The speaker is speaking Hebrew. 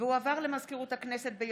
הודעה למזכירת הכנסת.